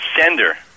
sender